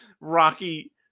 rocky